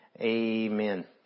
Amen